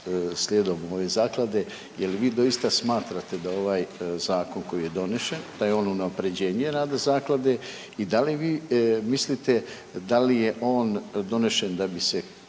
slijedom ove Zaklade, je li vi doista smatrate da ovaj zakon koji je donešen da je on unaprjeđenje rada Zaklade i da li vi mislite da li je on donešen da bi se